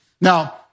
Now